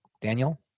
Daniel